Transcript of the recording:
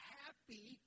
happy